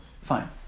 Fine